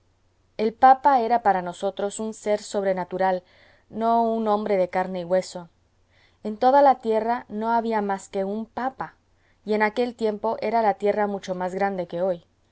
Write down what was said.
el papa era para nosotros un sér sobrenatural no un hombre de carne y hueso en toda la tierra no había más que un papa y en aquel tiempo era la tierra mucho más grande que hoy